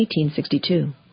1862